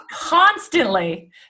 constantly